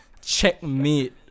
Checkmate